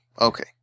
Okay